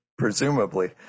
Presumably